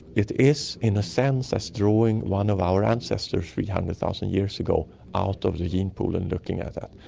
it is in a sense us drawing one of our ancestors three hundred thousand years ago out of the gene pool and looking at it,